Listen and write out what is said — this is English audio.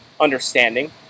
understanding